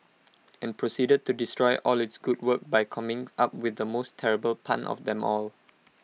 and proceeded to destroy all its good work by coming up with the most terrible pun of them all